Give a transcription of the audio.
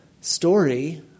story